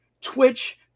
Twitch